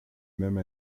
même